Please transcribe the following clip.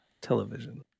Television